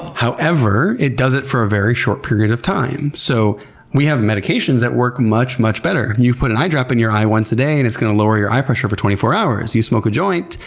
however, it does it for a very short period of time. so we have medications that work much, much better. you put an eye drop in your eye once a day and it's going to lower your eye pressure for twenty four hours. you smoke a joint,